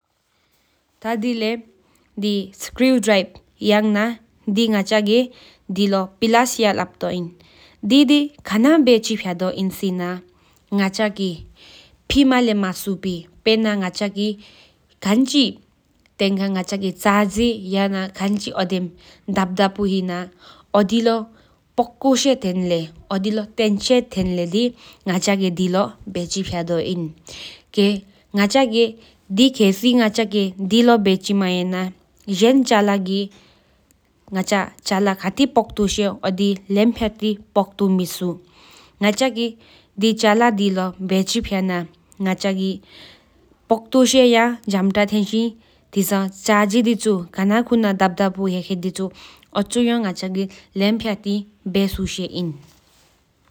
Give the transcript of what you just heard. ཐ་དེ་ལེ་སྐྲུ་དྲིབ་ཡ་ན་དེ་ལོ་པི་ལཱས་ཡ་ལ་ཕུ་ཨིན་དེ་བསྐལ་ནེ་ཙི་ཕྱག་དོ་ཨིན། སེན་གཅག་གི་ཕི་མ་ལེ་ཡ་མ་སུ་ཕི་ཆ་ལ་པེ་རྣག་ཆ་ཇི་བསྐལ་དབྲུ་དབོ་རྗེ་ན་ཨོ་དི་ལོ་ཕོ་ཀུ་ཤེ་ཐེན་ལོ་ང་ཅ་གི་དེ་ལོ་བེ་ཅི་ཕྱག་དོ་ཨིན་ཁེལ་ཟེ་ང་ཅ་གི། དེ་ལོ་བེ་ཅི་མ་ཡ་ན་ཅན་ཆ་ལ་གི་ཕྱག་མེ་ཆུ་ང་ཅ་གི་ཆ་ལ་ཕི་ལཱས་དེ་ལོ་བེ་ཅི་ཕྱག་ན་ཁེན་ཅི་ཕོ་ཀ་ཏུ་མ་སུ་ཕི་ཆ་ལ་ཡ་པོ་ཀ་ཏུ་ཆུ་ཤེ་ཨིན། ཨོ་དི་འཆི་སྐོ་དམ་ངས་དབོ་དབོ་གཅི་ཡ་བྂད་ཕྱག་ཏི་ཕོ་ཀ་ཆུ་ཤེ་ཨིན།